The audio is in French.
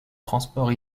transport